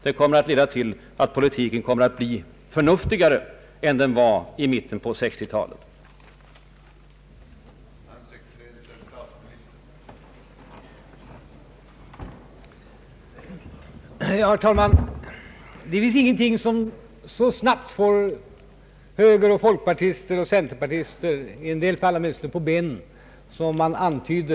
Det kommer att leda till att politiken blir förnuftigare än den var i mitten på 1960-talet.